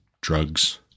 drugs